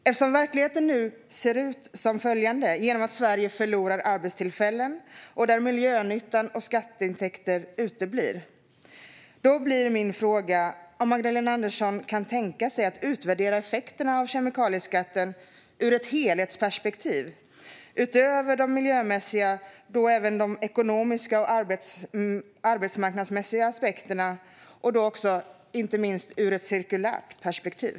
Eftersom verkligheten nu ser ut som den gör - Sverige förlorar arbetstillfällen, och miljönyttan och skatteintäkter uteblir - blir min fråga om Magdalena Andersson kan tänka sig att utvärdera effekterna av kemikalieskatten ur ett helhetsperspektiv. Jag tänker då utöver de miljömässiga även på de ekonomiska och arbetsmarknadsmässiga aspekterna och, inte minst, ur ett cirkulärt perspektiv.